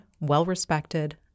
well-respected